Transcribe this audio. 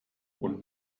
und